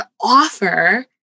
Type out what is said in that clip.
offer